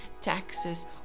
taxes